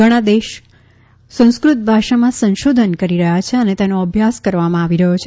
ઘણા દેશો સંસ્કૃત ભાષામાં સંશોધન કરી રહ્યાં છે અને તેનો અભ્યાસ કરવામાં આવી રહયો છે